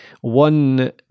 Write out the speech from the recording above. one